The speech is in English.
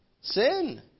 sin